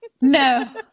no